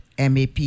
MAP